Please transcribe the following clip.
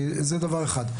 זה דבר אחד.